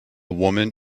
woman